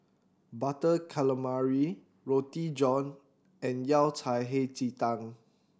Butter Calamari Roti John and Yao Cai Hei Ji Tang